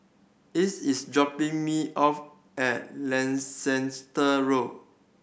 Ethyl is dropping me off at Leicester Road